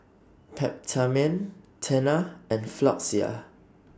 Peptamen Tena and Floxia